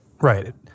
Right